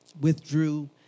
withdrew